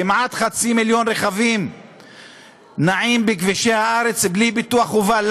כמעט חצי מיליון כלי רכב נעים בכבישי הארץ בלי ביטוח חובה.